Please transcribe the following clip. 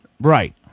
Right